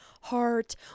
heart